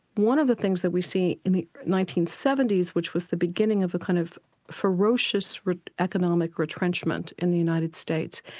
one of the things that we see in the nineteen seventy s, which was the beginning of a kind of ferocious economic retrenchment in the united states,